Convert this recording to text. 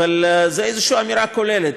אבל זו איזו אמירה כוללת,